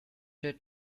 did